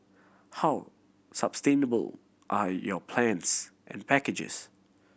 how sustainable are your plans and packages